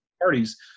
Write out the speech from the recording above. Parties